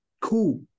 cool